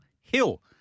Hill